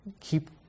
keep